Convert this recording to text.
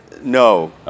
no